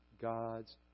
God's